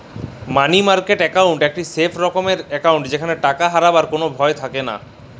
মালি market account একটি safe রকমের account যেখালে টাকা হারাবার কল ভয় থাকেলা